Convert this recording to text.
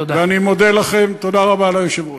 תודה רבה, אדוני היושב-ראש.